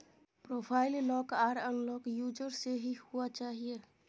profile lock आर unlock user से ही हुआ चाहिए